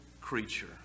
creature